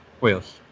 Wheels